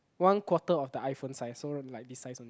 one quarter of the iPhone size so like this size only